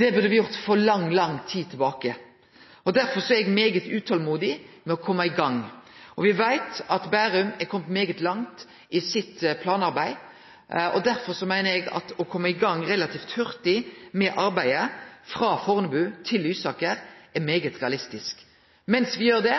Det burde me gjort for lang, lang tid sidan. Derfor er eg veldig utolmodig etter å kome i gang. Me veit at Bærum har kome veldig langt i sitt planarbeid. Derfor meiner eg at å kome i gang relativt hurtig med arbeidet frå Fornebu til Lysaker er veldig realistisk. Mens me gjer det,